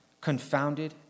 confounded